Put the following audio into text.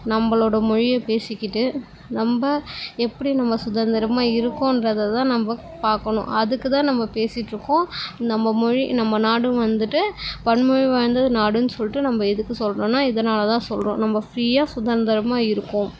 நம்பளோட மொழிய பேசிக்கிட்டு நம்ப எப்படி நம்ப சுதந்திரமாக இருக்கோன்றதை தான் நம்ப பார்க்கணும் அதுக்கு தான் நம்ம பேசிட்டுருக்கோம் நம்ப மொழி நம்ம நாடும் வந்துவிட்டு பன்மொழி வாய்ந்த நாடுன்னு சொல்லிட்டு நம்ப எதுக்கு சொல்லுறோம்னா இதனால் தான் சொல்லுறோம் நம்ப ஃப்ரீயாக சுதந்திரமாக இருக்கோம்